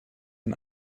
ein